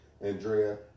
Andrea